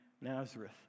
Nazareth